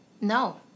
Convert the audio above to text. No